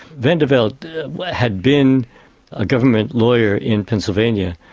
vandeveld had been a government lawyer in pennsylvania,